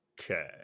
Okay